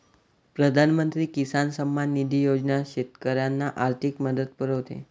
प्रधानमंत्री किसान सन्मान निधी योजना शेतकऱ्यांना आर्थिक मदत पुरवते